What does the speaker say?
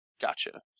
Gotcha